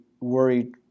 worried